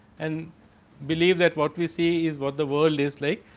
and believe that what we see is what the world is like.